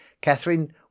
Catherine